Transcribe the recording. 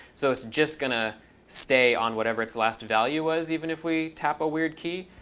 so it's just going to stay on whatever its last value was even if we tap a weird key.